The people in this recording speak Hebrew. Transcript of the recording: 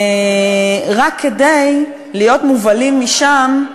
רק כדי להיות מובלים משם לשחיטה.